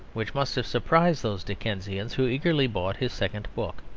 which must have surprised those dickensians who eagerly bought his second book.